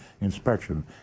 inspection